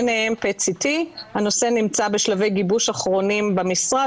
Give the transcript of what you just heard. ביניהם PET-CT. הנושא נמצא בשלבי גיבוש אחרונים במשרד,